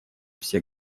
все